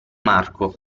marco